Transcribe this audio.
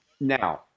Now